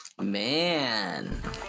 man